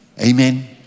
Amen